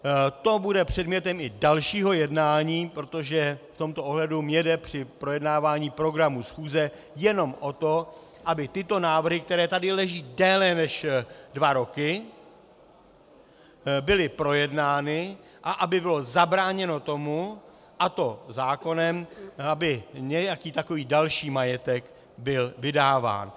To bude předmětem i dalšího jednání, protože v tomto ohledu mně jde při projednávání programu schůze jenom o to, aby tyto návrhy, které tady leží déle než dva roky, byly projednány a aby bylo zabráněno tomu, a to zákonem, aby nějaký takový další majetek byl vydáván.